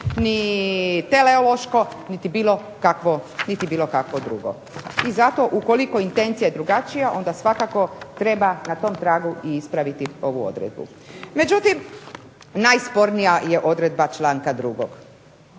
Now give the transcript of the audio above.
ni teleološko niti bilo kakvo drugo. I zato ukoliko je intencija drugačija onda svakako treba na tom tragu i ispraviti ovu odredbu. Međutim, najspornija je odredba članka 2.